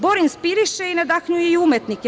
Bor inspiriše i nadahnjuje i umetnike.